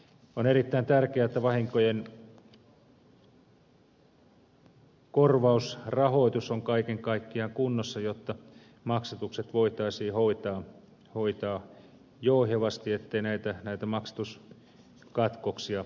on erittäin tärkeää että vahinkojen korvausrahoitus on kaiken kaikkiaan kunnossa jotta maksatukset voitaisiin hoitaa jouhevasti ettei näitä maksatuskatkoksia sitten tulisi